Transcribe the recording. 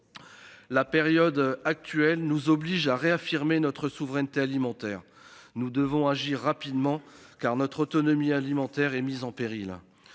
La période actuelle nous oblige à réaffirmer notre souveraineté alimentaire. Nous devons agir rapidement, car notre autonomie alimentaire est mise en péril.